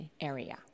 area